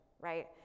right